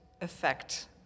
effect